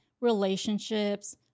relationships